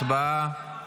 הצבעה.